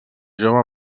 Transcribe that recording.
jove